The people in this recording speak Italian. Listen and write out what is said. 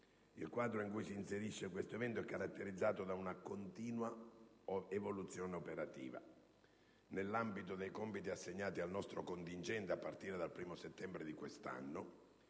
Il quadro in cui si inserisce tale evento è caratterizzato da una continua evoluzione operativa. Nell'ambito dei compiti assegnati al nostro contingente, a partire dal 1° settembre di quest'anno,